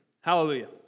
Hallelujah